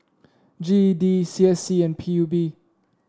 G E D C S C and P U B